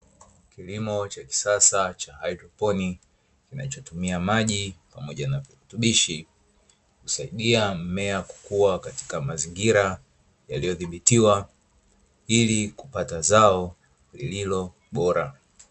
Kilimo cha kisasa cha haidroponi, kinachotumia maji pamoja na virutubishi, husaidia mmea kukua katika mazingira yaliyodhibitiwa ili kupata zao lililobora.